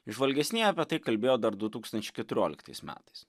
įžvalgesnieji apie tai kalbėjo dar du tūkstančiai keturioliktais metais